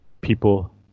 people